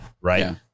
right